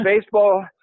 Baseball